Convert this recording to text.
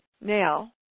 Now